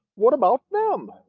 what about them?